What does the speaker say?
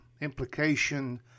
implication